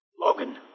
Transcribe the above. Logan